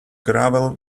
gravel